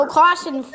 caution